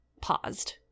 paused